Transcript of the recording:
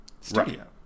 studio